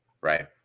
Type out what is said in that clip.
right